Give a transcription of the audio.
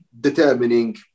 determining